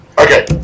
Okay